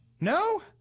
no